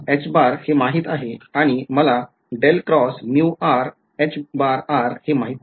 कारण मला हे माहित आहे आणि मला हे माहित नाही